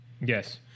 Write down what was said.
Yes